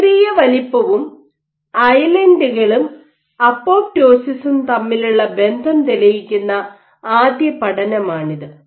നിഷ്ക്രിയ വലുപ്പവും ഐലൻഡുകളും അപ്പോപ്ടോസിസും തമ്മിലുള്ള ബന്ധം തെളിയിക്കുന്ന ആദ്യ പഠനമാണിത്